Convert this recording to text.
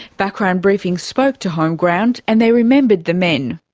background briefing spoke to homeground, and they remembered the men.